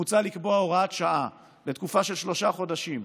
מוצע לקבוע הוראת שעה לתקופה של שלושה חודשים,